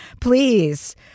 please